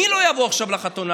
מי לא יבוא עכשיו לחתונה?